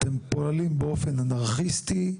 אתם פועלים באופן אנרכיסטי,